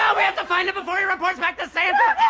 um we have to find him before he reports back to santa.